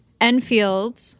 Enfield